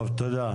לא כתוב.